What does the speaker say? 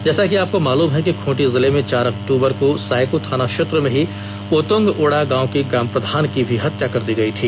जैसा कि आपको मालूम है कि खूंटी जिले में चार अक्टूबर को सायको थानाक्षेत्र में ही ओतोंगओड़ा गांव के ग्रामप्रधान की भी हत्या कर दी गयी थी